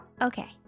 Okay